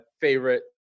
favorite